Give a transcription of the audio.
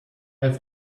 have